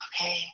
Okay